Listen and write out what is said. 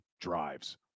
drives